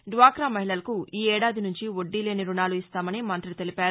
డ్వాక్రా మహిళలకు ఈ ఏడాది నుంచి వడ్డీలేని రుణాలు ఇస్తామని మంతి తెలిపారు